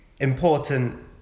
important